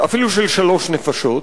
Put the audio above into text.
אפילו של שלוש נפשות,